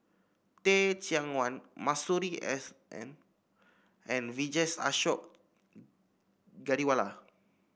Teh Cheang Wan Masuri S N and Vijesh Ashok Ghariwala